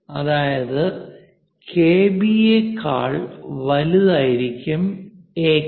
അതായത് കെബി യെക്കാൾ വലുതായിരിക്കും എകെ